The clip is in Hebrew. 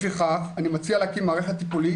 לפיכך אני מציע להקים מערכת טיפולית